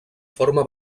forma